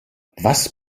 was